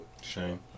Shame